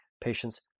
patients